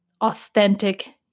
authentic